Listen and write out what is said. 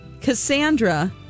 Cassandra